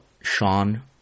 Sean